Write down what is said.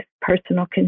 personal